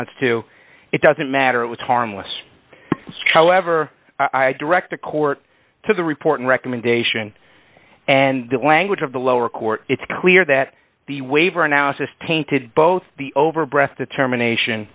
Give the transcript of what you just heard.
ts to it doesn't matter it was harmless however i direct a court to the report and recommendation and the language of the lower court it's clear that the waiver analysis tainted both the over breath determination